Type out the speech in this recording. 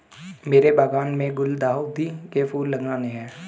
मेरे बागान में गुलदाउदी के फूल लगाने हैं